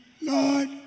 Lord